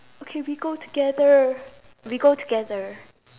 okay we go together we go together